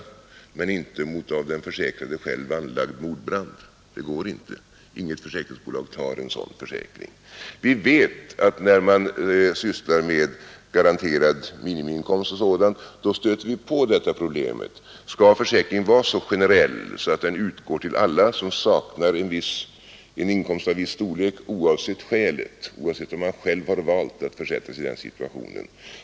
Däremot kan man inte försäkra sig mot av den försäkrade själv anlagd mordbrand — inget försäkringsbolag tar en sådan försäkring. Vi vet att när vi sysslar med garanterad minimiinkomst och sådant stöter vi på detta problem. Skall försäkringen vara så generell att den utgår till alla som saknar inkomst av viss storlek, oavsett skälet, oavsett om man själv har valt att försätta sig i den situationen?